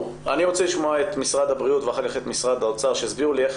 אני רוצה לשמוע את משרד הבריאות ומשרד האוצר שיסבירו לי איך